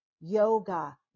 yoga